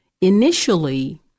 initially